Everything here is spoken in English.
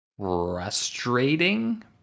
frustrating